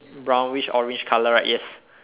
brownish orange colour right yes